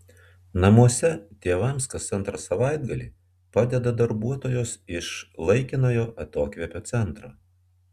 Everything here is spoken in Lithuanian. namuose tėvams kas antrą savaitgalį padeda darbuotojos iš laikinojo atokvėpio centro